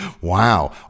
Wow